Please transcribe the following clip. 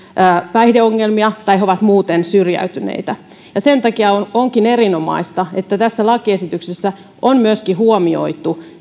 päihdeongelmia tai he ovat muuten syrjäytyneitä sen takia onkin erinomaista että tässä lakiesityksessä on myöskin huomioitu